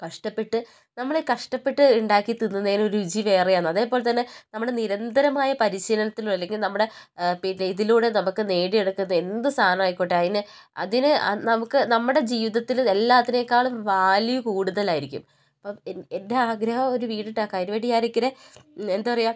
കഷ്ടപെട്ട് നമ്മൾ കഷ്ടപ്പെട്ട് ഉണ്ടാക്കി തിന്നുന്നതിന് രുചി വേറെയാണ് അതേപോലെ തന്നെ നമ്മുടെ നിരന്തരമായ പരിശീലത്തിനോ അല്ലെങ്കിൽ നമ്മുടെ പിന്നെ ഇതിലൂടെ നമുക്ക് നേടിയെടുക്കുന്ന എന്ത് സാധനം ആയിക്കോട്ടെ അതിന് അതിന് നമുക്ക് നമ്മുടെ ജീവിതത്തിൽ എല്ലാത്തിനേക്കാളും വാല്യൂ കൂടുതലായിരിക്കും അപ്പം എൻ്റെ ആഗ്രഹം ഒരു വീട് ഉണ്ടാക്കുക അതിന് വേണ്ടി ഞാൻ ഇങ്ങനെ എന്താണ് പറയുക